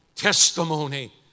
testimony